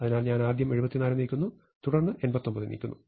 അതിനാൽ ആദ്യം ഞാൻ 74 നീക്കുന്നു തുടർന്ന് 89 നീക്കുന്നു